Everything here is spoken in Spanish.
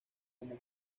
como